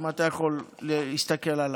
אם אתה יכול להסתכל עליי,